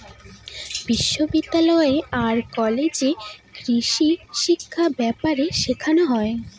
বিশ্ববিদ্যালয় আর কলেজে কৃষিশিক্ষা ব্যাপারে শেখানো হয়